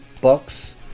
Bucks